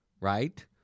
Right